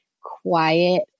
quiet